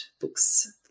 books